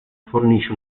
fornisce